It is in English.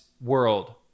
world